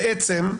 בעצם,